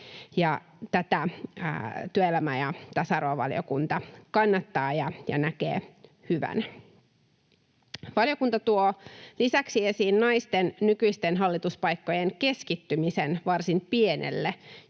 tätä työelämä- ja tasa-arvovaliokunta kannattaa ja näkee tämän hyvänä. Valiokunta tuo lisäksi esiin naisten nykyisten hallituspaikkojen keskittymisen varsin pienelle